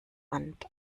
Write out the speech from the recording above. wand